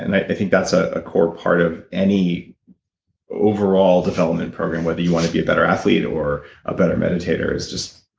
and i think that's ah a core part of any overall development program, whether you want to be a better athlete or a better meditator, is just,